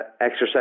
exercise